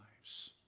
lives